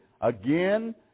again